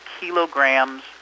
kilograms